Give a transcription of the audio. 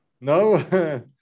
No